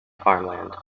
farmland